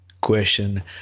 question